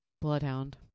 bloodhound